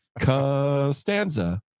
Costanza